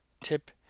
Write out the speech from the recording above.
tip